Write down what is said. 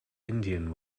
indian